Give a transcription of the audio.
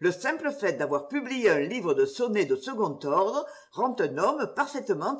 le simple fait d'avoir publié un livre de sonnets de second ordre rend un homme parfaitement